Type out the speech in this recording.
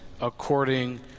according